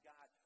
God